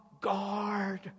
guard